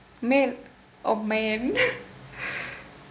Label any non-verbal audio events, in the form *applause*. male oh man *laughs*